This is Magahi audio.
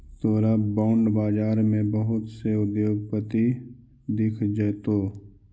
तोरा बॉन्ड बाजार में बहुत से उद्योगपति दिख जतो